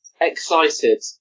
excited